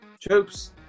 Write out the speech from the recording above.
Troops